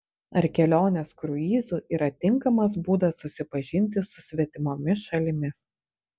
ar kelionės kruizu yra tinkamas būdas susipažinti su svetimomis šalimis